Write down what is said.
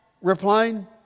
Replying